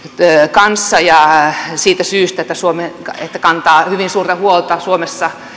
kanssa siitä syystä että se kantaa hyvin suurta huolta suomessa